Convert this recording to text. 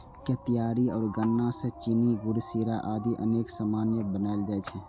केतारी या गन्ना सं चीनी, गुड़, शीरा आदि अनेक सामान बनाएल जाइ छै